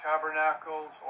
Tabernacles